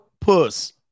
Puss